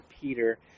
Peter